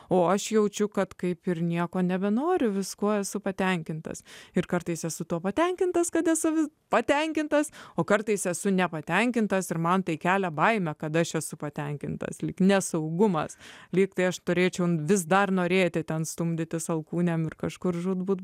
o aš jaučiu kad kaip ir nieko nebenoriu viskuo esu patenkintas ir kartais esu tuo patenkintas kad esu patenkintas o kartais esu nepatenkintas ir man tai kelia baimę kad aš esu patenkintas lyg nesaugumas lyg tai aš turėčiau vis dar norėti ten stumdytis alkūnėmis kažkur žūtbūt